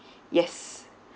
yes